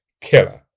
killer